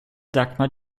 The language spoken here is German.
dagmar